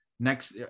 next